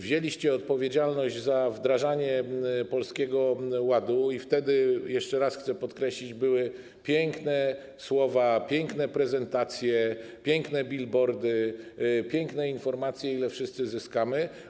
Wzięliście odpowiedzialność za wdrażanie Polskiego Ładu i wtedy - jeszcze raz chcę podkreślić - były piękne słowa, piękne prezentacje, piękne bilbordy, piękne informacje, ile wszyscy zyskamy.